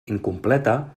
incompleta